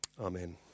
Amen